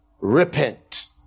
Repent